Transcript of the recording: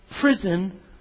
prison